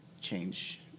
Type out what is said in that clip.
change